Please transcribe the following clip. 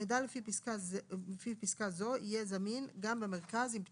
מידע לפי פסקה זה יהיה זמין גם במרכז עם פתיחתו,